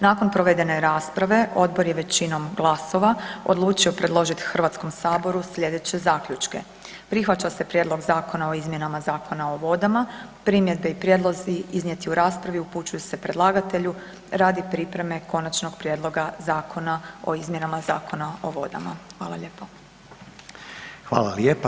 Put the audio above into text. Nakon provedene rasprave odbor je većinom glasova odlučio predložiti HS-u sljedeće zaključke: „Prihvaća se prijedlog zakona o izmjenama Zakona o vodama, primjedbe i prijedlozi iznijeti u raspravi upućuju se predlagatelju radi pripreme Konačnog prijedloga Zakona o izmjenama Zakona o vodama.“ Hvala lijepo.